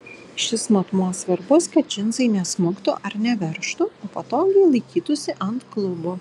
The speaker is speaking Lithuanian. šis matmuo svarbus kad džinsai nesmuktų ar neveržtų o patogiai laikytųsi ant klubų